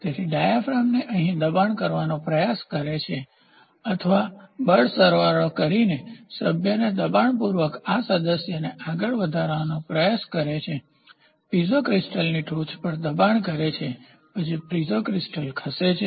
તેથી ડાયાફ્રેમને અહીં દબાણ કરવાનો પ્રયાસ કરે છે અથવા બળ સરવાળો કરિને સભ્યને દબાણપૂર્વક આ સદસ્યને આગળ વધારવાનો પ્રયાસ કરે છે પીઝો ક્રિસ્ટલની ટોચ પર દબાણ કરે છે પછી પીઝો ક્રિસ્ટલ ખસે છે